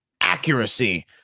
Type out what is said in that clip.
accuracy